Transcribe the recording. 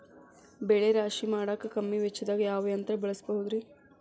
ಬೆಳೆ ರಾಶಿ ಮಾಡಾಕ ಕಮ್ಮಿ ವೆಚ್ಚದಾಗ ಯಾವ ಯಂತ್ರ ಬಳಸಬಹುದುರೇ?